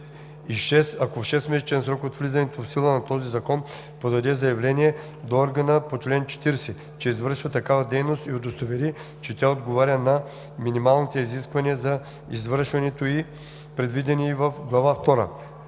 ако в 6-месечен срок от влизането в сила на този закон подаде заявление до органа по чл. 40, че извършва такава дейност и удостовери, че тя отговаря на минималните изисквания за извършването й, предвидени в глава втора.